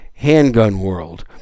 HandgunWorld